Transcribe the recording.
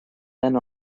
then